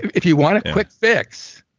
if you want a quick fix,